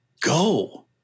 go